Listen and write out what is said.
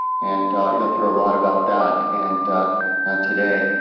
and you'll hear a lot about that and today.